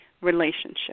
relationship